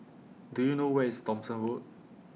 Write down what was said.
Do YOU know Where IS Thomson Road